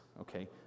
okay